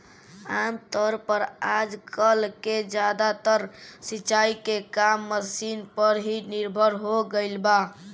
आमतौर पर आजकल के ज्यादातर सिंचाई के काम मशीन पर ही निर्भर हो गईल बा